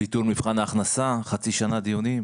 ביטול מבחן ההכנסה, חצי שנה דיונים.